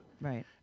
Right